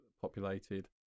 populated